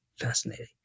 Fascinating